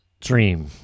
dream